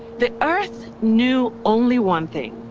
the earth knew only one thing.